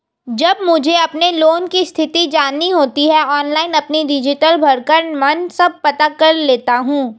जब मुझे अपने लोन की स्थिति जाननी होती है ऑनलाइन अपनी डिटेल भरकर मन सब पता कर लेता हूँ